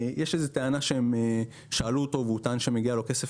יש איזו טענה שהם שאלו אותו והוא טען שמגיע לו כסף